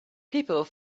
people